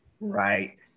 right